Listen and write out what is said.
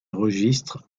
registres